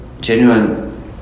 genuine